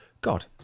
God